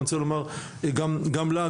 אבל אני רוצה לומר גם לה,